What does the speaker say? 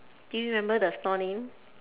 do you remember the stall name